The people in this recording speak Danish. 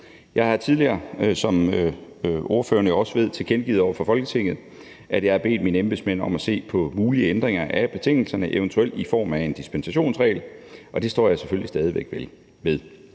Jeg har tidligere, som ordførerne også ved, tilkendegivet over for Folketinget, at jeg har bedt mine embedsmænd om at se på mulige ændringer af betingelserne, eventuelt i form af en dispensationsregel, og det står jeg selvfølgelig stadig væk ved.